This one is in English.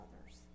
others